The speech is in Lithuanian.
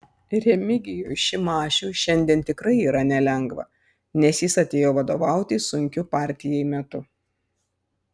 remigijui šimašiui šiandien tikrai yra nelengva nes jis atėjo vadovauti sunkiu partijai metu